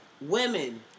women